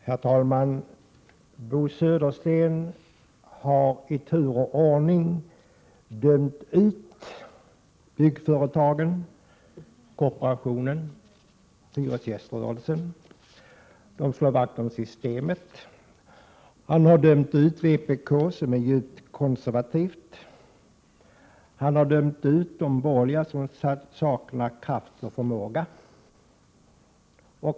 Herr talman! Bo Södersten har dömt ut i tur och ordning byggföretagen, kooperationen och hyresgäströrelsen — de slår vakt om systemet. Han har vidare dömt ut vpk som djupt konservativt. Han har också dömt ut de borgerliga, som enligt hans uppfattning saknar kraft och förmåga.